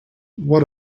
what